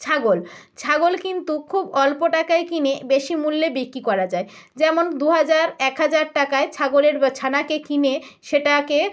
ছাগল ছাগল কিন্তু খুব অল্প টাকায় কিনে বেশি মূল্যে বিক্রি করা যায় যেমন দু হাজার এক হাজার টাকায় ছাগলের ছানাকে কিনে সেটাকে